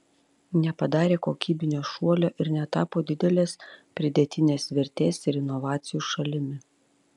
nepadarė kokybinio šuolio ir netapo didelės pridėtinės vertės ir inovacijų šalimi